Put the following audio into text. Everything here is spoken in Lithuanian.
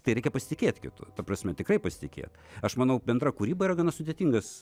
tai reikia pasitikėt kitu ta prasme tikrai pasitikėt aš manau bendra kūryba yra gana sudėtingas